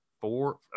four